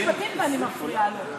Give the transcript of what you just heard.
הוא עולה בשם שרת המשפטים ואני מפריעה לו.